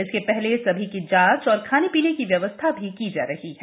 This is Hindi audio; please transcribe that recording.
इसके पहले सभी की जांच एवं खाने पीने की व्यवस्था भी की जा रही है